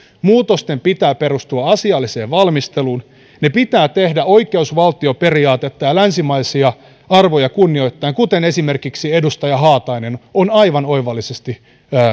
muutosten pitää perustua asialliseen valmisteluun ne pitää tehdä oikeusvaltioperiaatetta ja länsimaisia arvoja kunnioittaen kuten esimerkiksi edustaja haatainen on aivan oivallisesti